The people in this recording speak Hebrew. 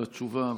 על התשובה,